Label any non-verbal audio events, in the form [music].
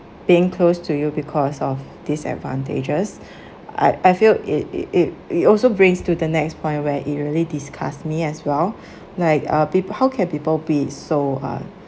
being close to you because of this advantages [breath] I I feel it it it it also brings to the next point where it really disgusts me as well [breath] like uh people how can people be so uh